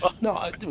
No